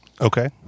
Okay